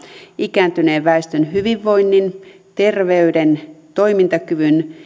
ikääntyneen väestön hyvinvoinnin terveyden toimintakyvyn